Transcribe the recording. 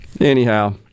Anyhow